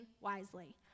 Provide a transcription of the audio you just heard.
wisely